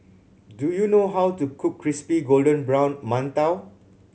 do you know how to cook crispy golden brown mantou